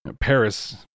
Paris